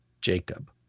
Jacob